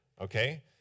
Okay